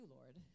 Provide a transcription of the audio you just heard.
Lord